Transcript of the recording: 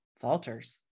falters